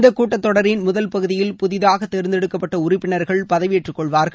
இந்தக் கூட்டத்தொடரின் முதல் பகுதியில் புதிதாக தேர்ந்தெடுக்கப்பட்ட உறுப்பினர்கள் பதவியேற்றக் கொள்வர்கள்